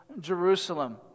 Jerusalem